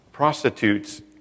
Prostitutes